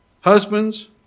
husbands